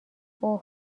اوه